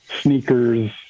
sneakers